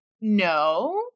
no